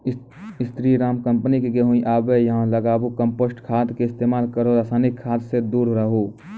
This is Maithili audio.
स्री राम कम्पनी के गेहूँ अहाँ सब लगाबु कम्पोस्ट खाद के इस्तेमाल करहो रासायनिक खाद से दूर रहूँ?